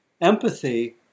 empathy